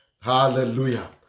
Hallelujah